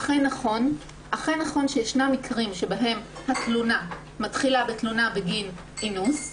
אכן נכון שישנם מקרים שבהם התלונה מתחילה בתלונה בגין אינוס,